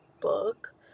book